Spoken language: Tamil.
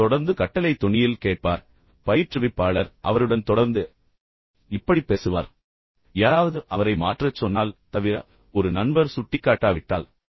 அவர் தொடர்ந்து கட்டளை தொனியில் கேட்பார் பயிற்றுவிப்பாளர் அவருடன் தொடர்ந்து இப்படிப் பேசுவார் யாராவது அவரை மாற்றச் சொன்னால் தவிர ஒரு நண்பர் சுட்டிக்காட்டாவிட்டால்